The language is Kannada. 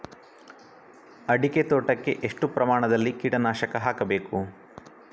ಅಡಿಕೆ ತೋಟಕ್ಕೆ ಎಷ್ಟು ಪ್ರಮಾಣದಲ್ಲಿ ಕೀಟನಾಶಕ ಹಾಕಬೇಕು?